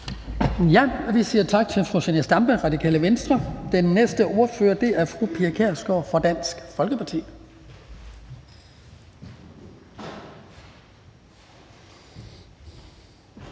Vi siger tak til fru Zenia Stampe, Radikale Venstre. Den næste ordfører er fru Pia Kjærsgaard fra Dansk Folkeparti.